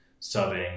subbing